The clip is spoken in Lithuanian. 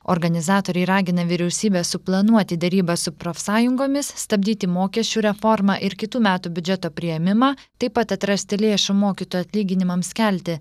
organizatoriai ragina vyriausybę suplanuoti derybas su profsąjungomis stabdyti mokesčių reformą ir kitų metų biudžeto priėmimą taip pat atrasti lėšų mokytojų atlyginimams kelti